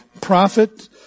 prophet